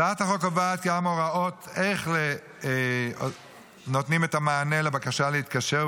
הצעת החוק קובעת גם הוראות איך נותנים את המענה לבקשה להתקשר,